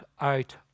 out